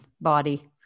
body